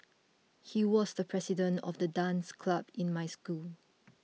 he was the president of the dance club in my school